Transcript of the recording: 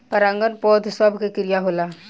परागन पौध सभ के क्रिया होला